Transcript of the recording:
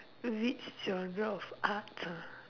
which genre of arts ah